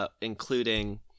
Including